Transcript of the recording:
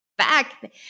back